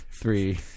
Three